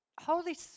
Holy